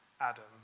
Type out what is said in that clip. Adam